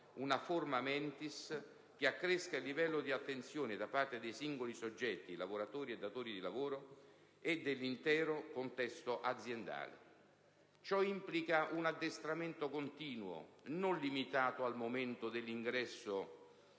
una *forma* *mentis* che accresca il livello di attenzione da parte dei singoli soggetti (lavoratori e datori di lavoro) e dell'intero contesto aziendale. Ciò implica un addestramento continuo, non limitato al momento dell'ingresso